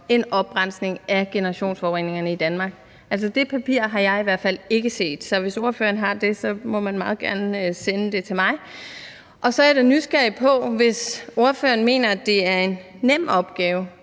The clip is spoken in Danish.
en oprensning af generationsforureningerne i Danmark. Det papir har jeg i hvert fald ikke set. Så hvis ordføreren har det, må han meget gerne sende det til mig. Så jeg er da nysgerrig på, hvis ordføreren mener, at det er en nem opgave,